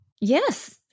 yes